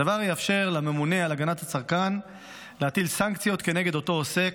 הדבר יאפשר לממונה על הגנת הצרכן להטיל סנקציות כנגד אותו עוסק,